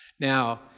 Now